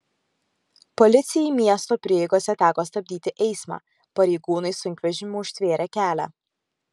policijai miesto prieigose teko stabdyti eismą pareigūnai sunkvežimiu užtvėrė kelią